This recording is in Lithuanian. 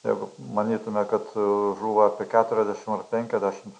jeigu manytume kad žūva apie keturiasdešim ar penkiasdešimt